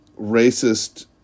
racist